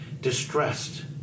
distressed